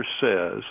says